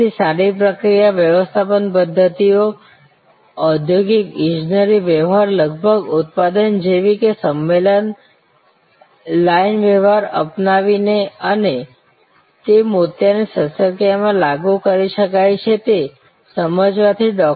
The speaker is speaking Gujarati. તેથી સારી પ્રક્રિયા વ્યવસ્થાપન પદ્ધતિઓ ઔદ્યોગિક ઇજનેરી વ્યવહાર લગભગ ઉત્પાદન જેવી કે સંમેલન લાઇન વ્યવહાર અપનાવીને અને તે મોતિયાની શસ્ત્રક્રિયામાં લાગુ કરી શકાય છે તે સમજવાથી ડૉ